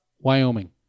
Wyoming